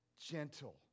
Gentle